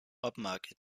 upmarket